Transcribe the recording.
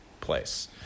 place